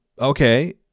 Okay